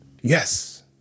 yes